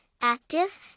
active